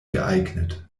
geeignet